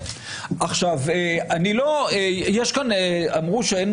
ליברמן פעם אמר שלא יישב עם